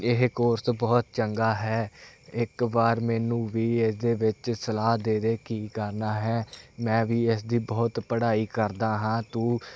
ਇਹ ਕੋਰਸ ਤਾਂ ਬਹੁਤ ਚੰਗਾ ਹੈ ਇੱਕ ਵਾਰ ਮੈਨੂੰ ਵੀ ਇਹਦੇ ਵਿੱਚ ਸਲਾਹ ਦੇ ਦੇ ਕੀ ਕਰਨਾ ਹੈ ਮੈਂ ਵੀ ਇਸ ਦੀ ਬਹੁਤ ਪੜ੍ਹਾਈ ਕਰਦਾ ਹਾਂ ਤੂੰ